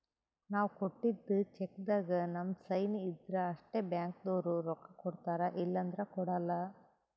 ನಾವ್ ಕೊಟ್ಟಿದ್ದ್ ಚೆಕ್ಕ್ದಾಗ್ ನಮ್ ಸೈನ್ ಇದ್ರ್ ಅಷ್ಟೇ ಬ್ಯಾಂಕ್ದವ್ರು ರೊಕ್ಕಾ ಕೊಡ್ತಾರ ಇಲ್ಲಂದ್ರ ಕೊಡಲ್ಲ